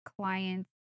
clients